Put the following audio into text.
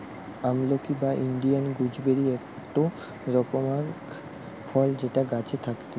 আমলকি বা Indian gooseberry একটো রকমকার ফল যেটা গাছে থাকতিছে